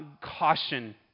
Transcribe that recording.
caution